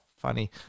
funny